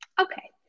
Okay